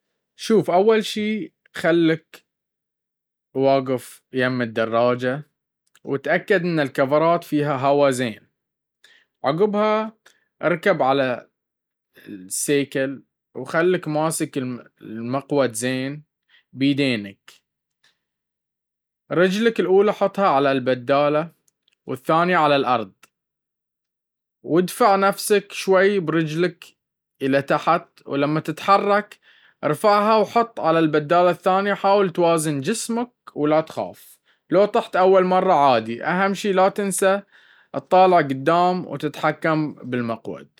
شوف، أول شي خلك واقف يم الدراجة، وتأكد إن الكفرات فيها هوا زين. عقبها اركب على السرج، وخلك ماسك المقود زين بيدينك. رجلك الأولى حطها على البدال، والثانية على الأرض. ادف نفسك شوي برجلك اللي تحت، ولما تتحرك، ارفعها وحطها على البدال الثاني. حاول توازن جسمك، ولا تخاف لو طحت أول مرة، عادي. أهم شي لا تنسى تطالع جدام وتتحكم بالمقود.